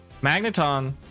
Magneton